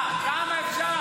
מה, כמה אפשר?